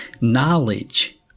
knowledge